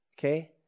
Okay